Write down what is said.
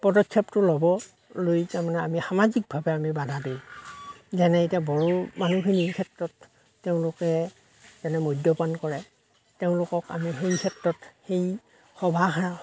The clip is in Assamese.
পদক্ষেপটো ল'বলৈ তাৰ মানে আমি সামাজিকভাৱে আমি বাধা দিওঁ যেনে এতিয়া বড়ো মানুহখিনিৰ ক্ষেত্ৰত তেওঁলোকে যেনে মদ্যপান কৰে তেওঁলোকক আমি সেই ক্ষেত্ৰত এই